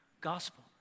gospel